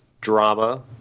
drama